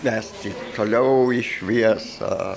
vesti toliau į šviesą